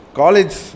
college